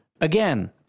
Again